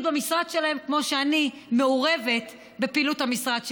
במשרד שלהם כמו שאני מעורבת בפעילות המשרד שלי.